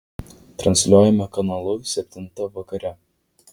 transliuojama kanalu septintą vakare